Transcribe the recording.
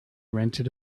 rented